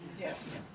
Yes